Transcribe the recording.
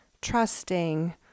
trusting